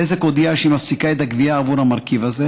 בזק הודיעה שהיא מפסיקה את הגבייה עבור המרכיב הזה.